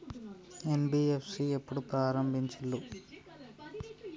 NBFC ఎప్పుడు ప్రారంభించిల్లు?